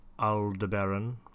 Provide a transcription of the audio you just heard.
Aldebaran